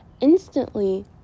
instantly